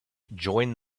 join